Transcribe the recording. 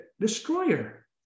destroyer